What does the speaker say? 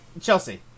Chelsea